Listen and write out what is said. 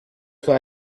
sua